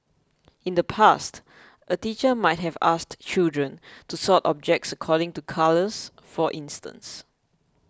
in the past a teacher might have asked children to sort objects according to colours for instance